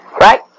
right